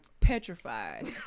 petrified